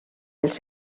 els